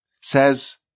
Says